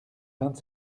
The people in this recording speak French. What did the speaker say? vingt